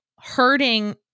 hurting